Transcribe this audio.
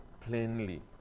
plainly